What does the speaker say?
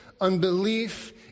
unbelief